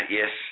yes